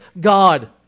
God